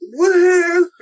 woohoo